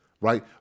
right